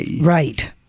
Right